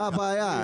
מה הבעיה?